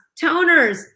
toners